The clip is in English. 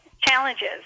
challenges